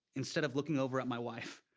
instead of looking over at my wife,